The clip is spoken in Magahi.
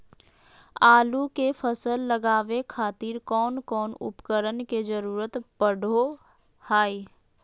आलू के फसल लगावे खातिर कौन कौन उपकरण के जरूरत पढ़ो हाय?